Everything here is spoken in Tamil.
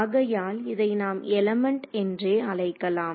ஆகையால் இதை நாம் எலிமெண்ட் என்றே அழைக்கலாம்